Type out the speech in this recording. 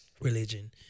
religion